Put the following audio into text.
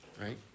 Right